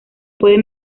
puede